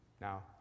Now